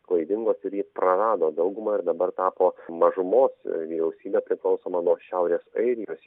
klaidingos ir ji prarado daugumą ir dabar tapo mažumos vyriausybė priklausoma nuo šiaurės airijos